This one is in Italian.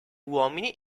uomini